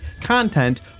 content